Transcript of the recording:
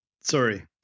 Sorry